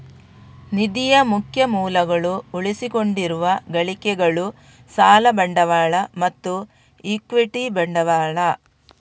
ನಿಧಿಯ ಮುಖ್ಯ ಮೂಲಗಳು ಉಳಿಸಿಕೊಂಡಿರುವ ಗಳಿಕೆಗಳು, ಸಾಲ ಬಂಡವಾಳ ಮತ್ತು ಇಕ್ವಿಟಿ ಬಂಡವಾಳ